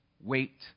Wait